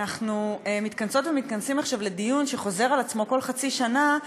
אנחנו מתכנסות ומתכנסים עכשיו לדיון שחוזר על עצמו כל חצי שנה.